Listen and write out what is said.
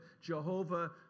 Jehovah